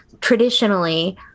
traditionally